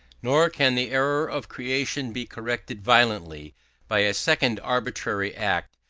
nor can the error of creation be corrected violently by a second arbitrary act,